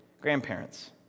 grandparents